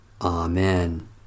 Amen